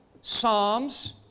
Psalms